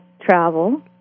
travel